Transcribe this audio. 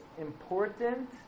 important